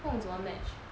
我不懂怎么 match